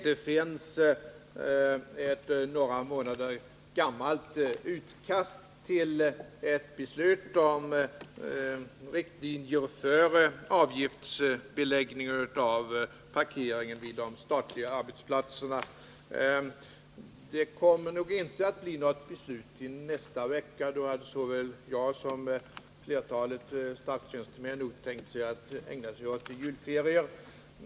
Det finns ett några månader gammalt utkast till ett beslut om riktlinjer för avgiftsbeläggning av parkeringen vid de statliga arbetsplatserna. Det kommer nog inte att bli något beslut i nästa vecka, då jag liksom flertalet statstjänstemän nog tänker ägna mig åt julferier.